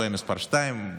הוא היה מס' 2,